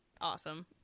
Awesome